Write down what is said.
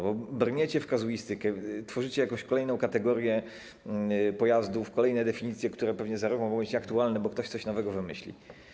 Brniecie w kazuistykę, tworzycie jakąś kolejną kategorię pojazdów, kolejne definicje, które pewnie za rok mogą być nieaktualne, bo ktoś coś nowego wymyśli.